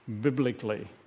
biblically